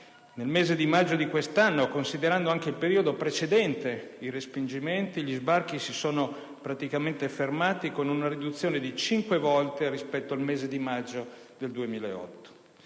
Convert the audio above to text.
nel mese di maggio di quest'anno, considerando anche il periodo precedente i respingimenti, gli sbarchi si sono praticamente fermati, con una riduzione di cinque volte rispetto al maggio 2008.